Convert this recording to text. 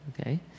Okay